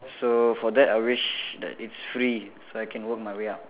so for that I wish that it's free so I can work my way up